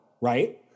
right